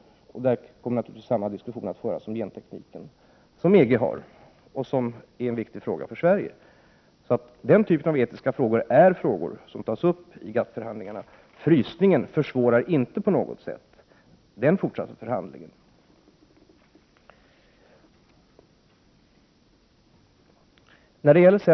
Samma diskussion kommer naturligtvis att föras om gentekniken. Detta är viktigt för Sverige. Den typen av etiska frågor tas upp i GATT-förhandlingarna. Frysningen försvårar inte på något sätt den fortsatta förhandlingen.